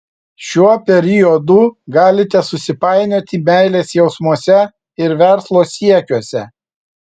šiuo periodu galite susipainioti meilės jausmuose ir verslo siekiuose